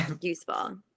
useful